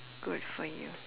good for you